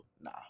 Nah